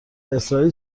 اسرائیل